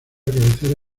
cabecera